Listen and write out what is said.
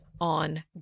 on